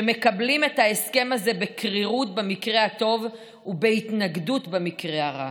שמקבלים את ההסכם הזה בקרירות במקרה הטוב ובהתנגדות במקרה הרע.